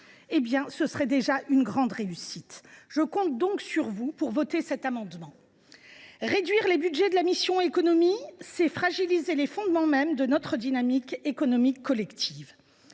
ce serait déjà une grande réussite. Je compte donc sur vous pour voter l’amendement concerné. Réduire les budgets de la mission « Économie », c’est fragiliser les fondements mêmes de notre dynamique économique collective.